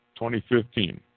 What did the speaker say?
2015